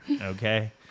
Okay